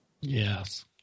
Yes